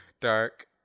Dark